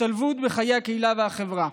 השתלבות בחיי הקהילה והחברה.